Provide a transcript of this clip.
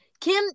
Kim